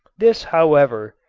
this, however,